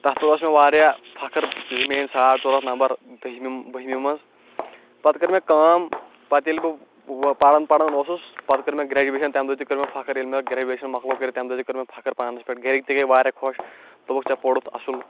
تَتھ پٮ۪ٹھ اوس مےٚ واریاہ فخٕر زِ مےٚ أنۍ ساڑ ژور ہَتھ نمبر دٔہمہِ بٔہمہِ منٛز پَتہٕ کٔر مےٚ کٲم پَتہٕ ییٚلہِ بہٕ پَران پَران اوسُس پَتہٕ کٔر مےٚ گریجویشَن تَمہِ دۄہ تہِ کٔر مےٚ فخٕر ییٚلہِ مےٚ گریجویشَن مَکلٲو کٔرِتھ تَمہِ دۄہ تہِ کٔر مےٚ فخٕر پانَس پٮ۪ٹھ گَرِکۍ تہِ گٔیے واریاہ خۄش دوٚپُکھ ژےٚ پوٚرُتھ اَصل